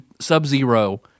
Sub-Zero